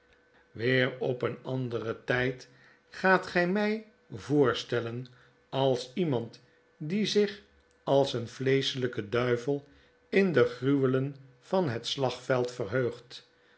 weer op een anderen tyd gaatgijmij voorstellen als iemand die zich als een vleeschehet geheim van edwin drood lyke duivel in de gruwelen van het slagveld verheugt